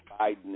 Biden